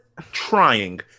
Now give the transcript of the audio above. Trying